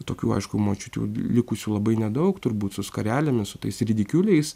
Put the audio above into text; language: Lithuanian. tokių aišku močiučių likusių labai nedaug turbūt su skarelėmis su tais ridikiuliais